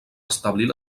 establir